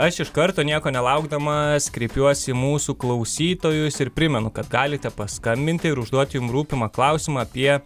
aš iš karto nieko nelaukdamas kreipiuosi į mūsų klausytojus ir primenu kad galite paskambinti ir užduoti jum rūpimą klausimą apie